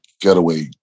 getaway